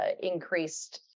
increased